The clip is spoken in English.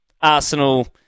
Arsenal